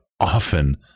often